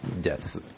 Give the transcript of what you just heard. death